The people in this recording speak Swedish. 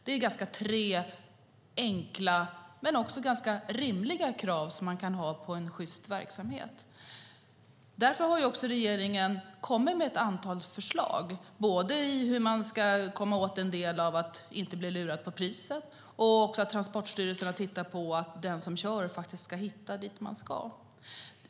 Det är tre enkla och ganska rimliga krav som man kan ha på en sjyst verksamhet. Därför har regeringen kommit med ett antal förslag beträffande hur man ska komma åt en del av att inte bli lurad på priset, och Transportstyrelsen har tittat på att den som kör faktiskt ska hitta dit man ska ha.